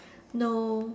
no